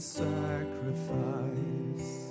sacrifice